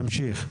תמשיך.